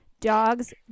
Dogs